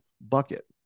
bucket